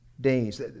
Days